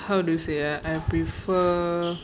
how do you ah say I prefer